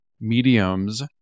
mediums